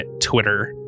Twitter